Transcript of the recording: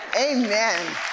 amen